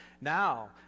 Now